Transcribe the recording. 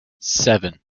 seven